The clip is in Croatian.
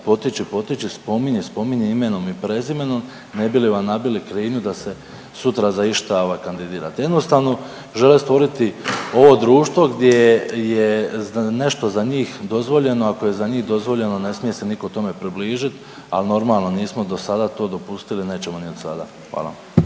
potiči, potiči, spominji, spominji imenom i prezimenom ne bi li vam nabili krivnju da se sutra za išta kandidirate. Jednostavno žele stvoriti ovo društvo gdje je nešto za njih dozvoljeno, ako je za njih dozvoljeno, ne smije se nitko tome približiti, ali normalno, nismo do sada to dopustili, nećemo ni od sada. Hvala.